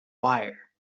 wire